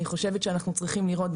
אני חושבת שאנחנו צריכים לראות,